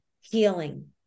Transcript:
healing